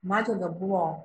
medžiaga buvo